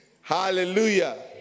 hallelujah